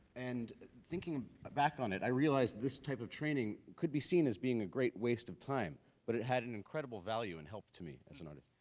and thinking back on it, i realized this type of training could be seen as being a great waste of time but it had an incredible value and help to me as an artist.